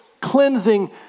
cleansing